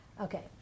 Okay